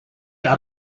out